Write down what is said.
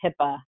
HIPAA